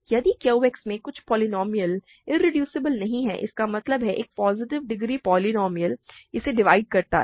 यदि QX में कुछ पोलीनोमिअल इरेड्यूसिबल नहीं है इसका मतलब है एक पॉजिटिव डिग्री पोलीनोमिअल इसे डिवाइड करता है